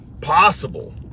possible